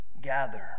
gather